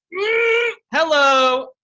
Hello